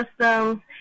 systems